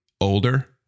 older